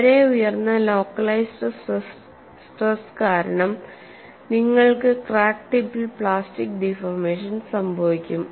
വളരെ ഉയർന്ന localised stress കാരണം നിങ്ങൾക്ക് ക്രാക്ക് ടിപ്പിൽ പ്ലാസ്റ്റിക് ഡിഫോർമേഷൻ സംഭവിക്കും